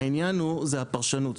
העניין הוא זה הפרשנות,